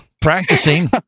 practicing